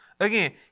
Again